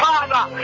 Father